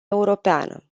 europeană